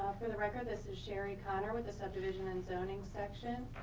for the record, this is sherry connor with the subdivision and zoning section,